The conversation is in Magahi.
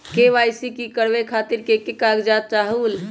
के.वाई.सी करवे खातीर के के कागजात चाहलु?